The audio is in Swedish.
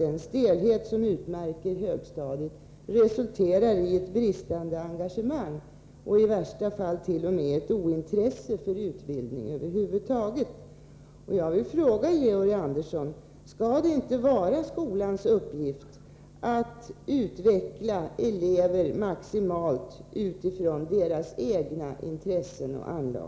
den stelhet som i dagens läge utmärker högstadiet, för många elever resulterar i bristande engagemang, i värsta fall t.o.m. i ett ointresse för utbildningen över huvud taget. Jag vill fråga Georg Andersson: Skall det inte vara skolans uppgift att utveckla elever maximalt utifrån deras egna intressen och anlag?